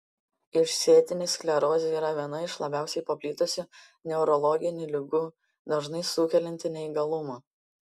išsėtinė sklerozė yra viena iš labiausiai paplitusių neurologinių ligų dažnai sukelianti neįgalumą